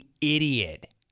idiot